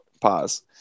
pause